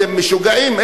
אתם משוגעים?